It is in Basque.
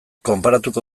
konparatuko